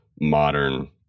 modern